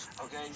okay